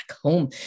home